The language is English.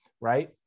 right